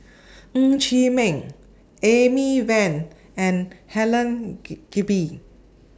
Ng Chee Meng Amy Van and Helen Gilbey